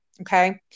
okay